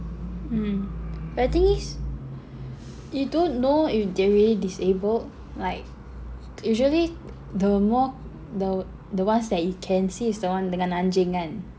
hmm but the thing is you don't know if they're really disabled like usually the more the the ones that you can see is the one dengan anjing kan